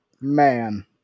man